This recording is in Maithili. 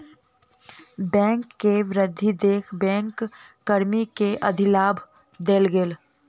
बैंक के वृद्धि देख बैंक कर्मी के अधिलाभ देल गेल